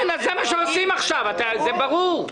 כן, זה מה שעושים עכשיו, זה ברור.